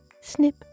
Snip